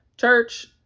Church